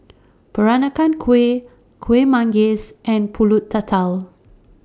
Peranakan Kueh Kuih Manggis and Pulut Tatal